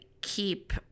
keep –